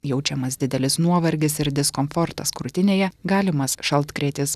jaučiamas didelis nuovargis ir diskomfortas krūtinėje galimas šaltkrėtis